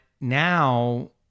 now